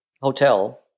hotel